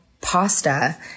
pasta